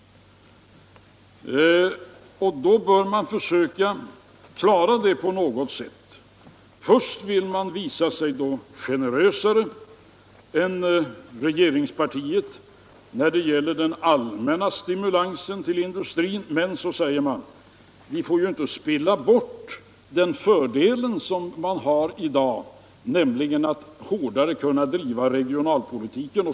Då bör man försöka klara det på något sätt. Först vill man visa sig generösare än regeringspartiet när det gäller den allmänna stimulansen till industrin. Men, säger man, vi får inte spilla bort den fördel som vi har i dag, nämligen att kunna driva regionalpolitiken hårt.